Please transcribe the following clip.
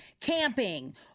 camping